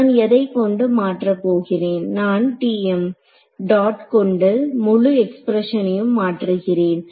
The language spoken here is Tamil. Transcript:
நான் எதைக்கொண்டு மாற்றப் போகிறேன் நான் டாட் கொண்டு முழு எக்ஸ்பிரஸனையும் மாற்றுகிறேன்